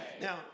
Now